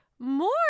More